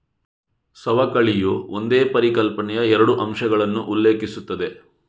ಸವಕಳಿಯು ಒಂದೇ ಪರಿಕಲ್ಪನೆಯ ಎರಡು ಅಂಶಗಳನ್ನು ಉಲ್ಲೇಖಿಸುತ್ತದೆ